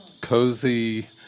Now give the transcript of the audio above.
cozy